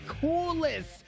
coolest